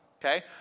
okay